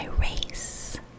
race